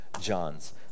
John's